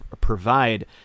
provide